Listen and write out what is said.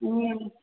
ईअं